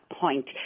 point